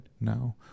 now